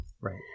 Right